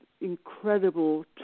incredible